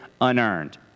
unearned